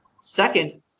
Second